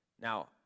Now